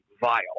vile